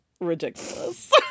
ridiculous